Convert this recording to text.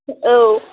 औ